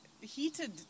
heated